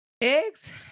Eggs